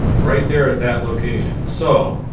right there at that location so